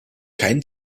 keinen